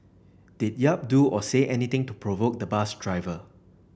did Yap do or say anything to provoke the bus driver